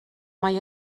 mae